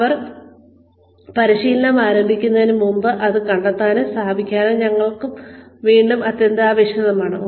അവർ പരിശീലനം ആരംഭിക്കുന്നതിന് മുമ്പ് അത് കണ്ടെത്താനും സ്ഥാപിക്കാനും ഞങ്ങൾക്ക് വീണ്ടും അത്യന്താപേക്ഷിതമാണ്